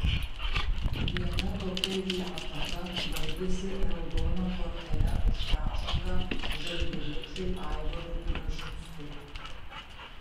viena tokia jų ataka baigėsi raudona kortele už pražangą žalgiriečiui aivarui bražinskui